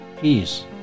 peace